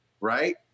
Right